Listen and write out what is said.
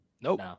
Nope